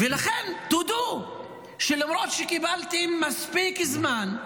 ולכן, תודו שלמרות שקיבלתם מספיק זמן,